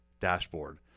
dashboard